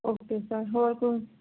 okay sir ਹੋਰ ਕੁਝ